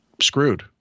screwed